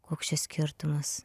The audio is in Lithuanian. koks čia skirtumas